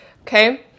Okay